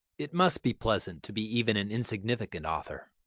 it must be pleasant to be even an insignificant author.